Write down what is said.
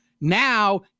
now